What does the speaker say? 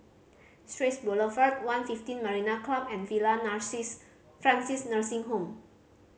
Straits Boulevard One Fifteen Marina Club and Villa Francis Nursing Home